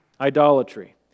Idolatry